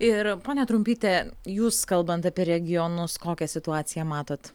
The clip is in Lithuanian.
ir ponia trumpyte jūs kalbant apie regionus kokią situaciją matot